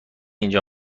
اینجا